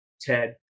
Ted